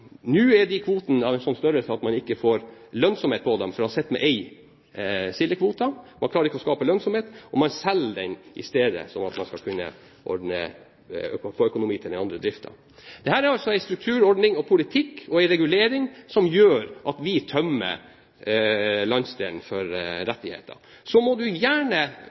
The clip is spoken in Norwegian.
Nå er de kvotene av en slik størrelse at de ikke er lønnsomme, for det å sitte med én sildekvote skaper ikke lønnsomhet, og man selger den i stedet, slik at man skal kunne få økonomi til annet i driften. Dette er altså en strukturordning, en politikk og en regulering som gjør at vi tømmer landsdelen for rettigheter. Så må representanten Lange Nordahl gjerne